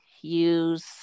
use